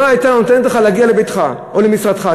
לא הייתה נותנת לך להגיע לביתך או למשרדך.